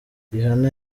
rihanna